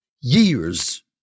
Years